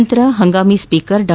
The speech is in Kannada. ನಂತರ ಹಂಗಾಮಿ ಸ್ಪೀಕರ್ ಡಾ